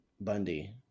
Bundy